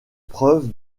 preuve